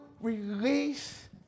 release